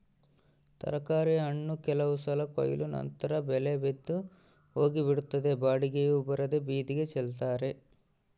ತರಕಾರಿ ಹಣ್ಣು ಕೆಲವು ಸಲ ಕೊಯ್ಲು ನಂತರ ಬೆಲೆ ಬಿದ್ದು ಹೋಗಿಬಿಡುತ್ತದೆ ಬಾಡಿಗೆಯೂ ಬರದೇ ಬೀದಿಗೆ ಚೆಲ್ತಾರೆ